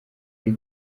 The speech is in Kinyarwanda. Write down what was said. ari